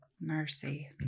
Mercy